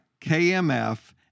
KMF